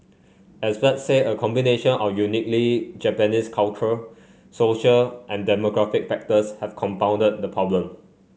experts say a combination of uniquely Japanese cultural social and demographic factors have compounded the problem